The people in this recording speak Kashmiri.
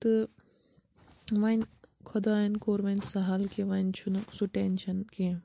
تہٕ وۄنۍ خۄدایَن کوٚر وۄنۍ سَہل کہِ وۄنۍ چھُنہٕ سُہ ٹیٚنشَن کیٚنٛہہ